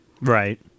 Right